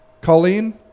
Colleen